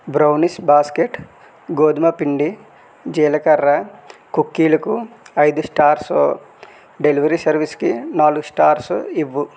brownies basket గోధుమపిండి జీలకర్ర కుక్కీలకు ఐదు స్టార్స్ డెలివరీ సర్వీస్కి నాలుగు స్టార్స్ ఇవ్వు